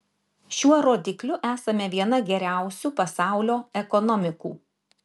šiuo rodikliu esame viena geriausių pasaulio ekonomikų